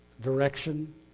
direction